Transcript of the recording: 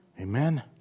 Amen